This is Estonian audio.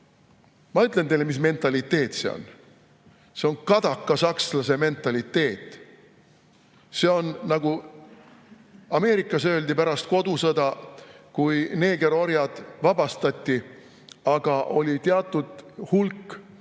Ma ütlen teile, mis mentaliteet see on: see on kadakasakslase mentaliteet. See on, nagu Ameerikas öeldi pärast kodusõda, kui neegerorjad vabastati, aga oli teatud hulk